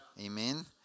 Amen